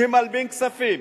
שמלבין כספים,